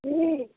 जी